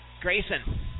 Grayson